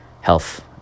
health